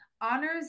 Honors